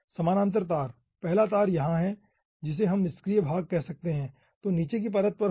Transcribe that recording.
समानांतर तार पहला यहाँ है जिसे हम निष्क्रिय भाग कह सकते हैं जो नीचे की परत पर होगा